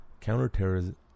counterterrorism